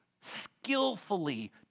skillfully